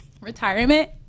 retirement